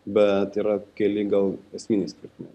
bet yra keli gal esminiai skirtumai